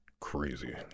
crazy